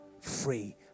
free